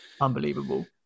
Unbelievable